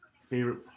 Favorite